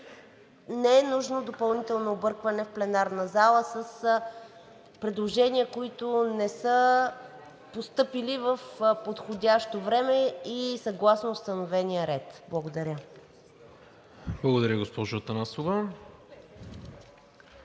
не е нужно допълнително объркване в пленарната зала с предложения, които не са постъпили в подходящо време и съгласно установения ред. Благодаря. ПРЕДСЕДАТЕЛ НИКОЛА